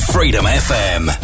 FreedomFM